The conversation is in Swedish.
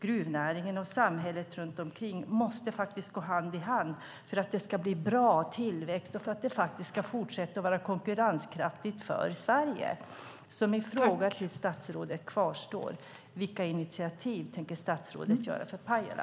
Gruvnäringen och samhället runt omkring måste faktiskt gå hand i hand för att det ska bli en bra tillväxt och för att det ska fortsätta att vara konkurrenskraftigt för Sverige. Min fråga till statsrådet kvarstår: Vilka initiativ tänker statsrådet ta för Pajala?